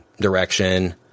direction